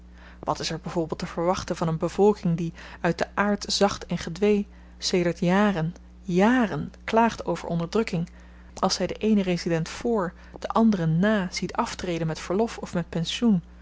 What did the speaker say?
wat is er by voorbeeld te verwachten van een bevolking die uit den aard zacht en gedwee sedert jaren jaren klaagt over onderdrukking als zy den eenen resident vr den anderen nà ziet aftreden met verlof of met pensioen